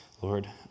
lord